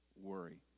worry